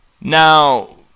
Now